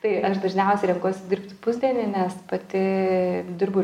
tai aš dažniausiai renkuosi dirbti pusdienį nes pati dirbu